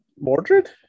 Mordred